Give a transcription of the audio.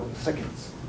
seconds